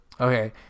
Okay